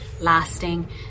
lasting